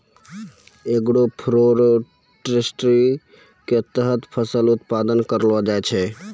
agroforestry के तहत फसल उत्पादन करलो जाय छै